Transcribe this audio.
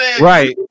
Right